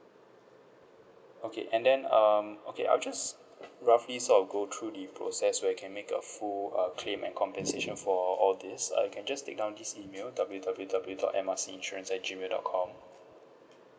okay and then um okay I will just roughly sort of go through the process where you can make a full uh claim and compensation for all this uh you can just take down this email W_W_W dot M R C insurance at gmail dot com